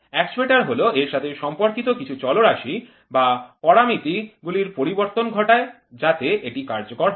actuator হল এর সাথে সম্পর্কিত কিছু চলরাশি বা পরামিতি গুলির পরিবর্তন ঘটায় যাতে এটি কার্যকর হয়